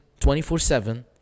24-7